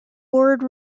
lord